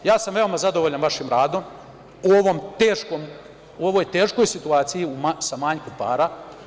Veoma sam zadovoljan vašim radom u ovoj teškoj situaciji sa manjkom para.